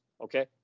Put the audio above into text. Okay